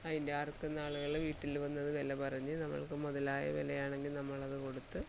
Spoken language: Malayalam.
അതിൻ്റെ അറക്കുന്ന ആളുകൾ വീട്ടിൽ വന്നത് വിലപറഞ്ഞ് നമ്മൾക്ക് മുതലായ വിലയാണെങ്കിൽ നമ്മളത് കൊടുത്ത്